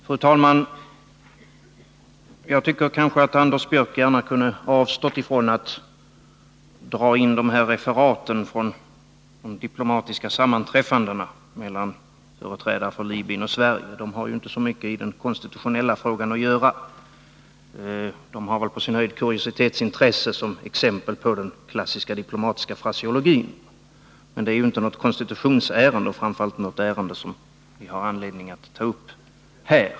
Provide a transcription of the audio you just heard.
Fru talman! Jag tycker att Anders Björck kanske kunde ha avstått från att dra in dessa referat från de diplomatiska sammanträffandena mellan företrädare för Libyen och Sverige. De har inte så mycket med den konstitutionella frågan att göra. De har väl på sin höjd kuriositetsintresse som exempel på den klassiska diplomatiska fraseologin. Men detta är ju inget konstitutionsärende och framför allt inget ärende som vi har anledning att ta upp här.